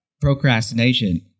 procrastination